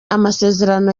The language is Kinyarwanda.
amasezerano